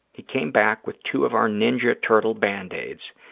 he came back with two of our ninja turtle band-aids,